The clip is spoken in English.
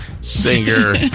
singer